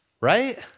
right